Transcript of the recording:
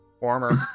warmer